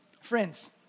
friends